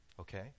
Okay